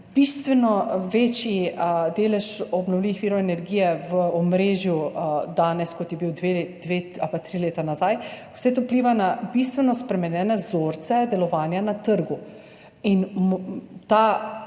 bistveno večji delež obnovljivih virov energije v omrežju danes, kot je bil dve ali pa tri leta nazaj, vse to vpliva na bistveno spremenjene vzorce delovanja na trgu in ta